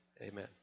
Amen